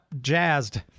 jazzed